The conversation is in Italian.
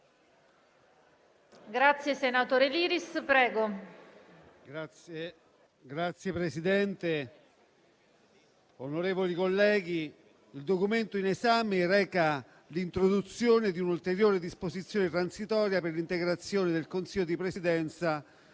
finestra") *(FdI)*. Signor Presidente, onorevoli colleghi, il documento in esame reca l'introduzione di un'ulteriore disposizione transitoria per l'integrazione del Consiglio di Presidenza